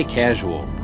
casual